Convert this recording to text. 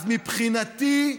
אז מבחינתי,